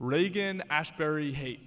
reagan ashbury hate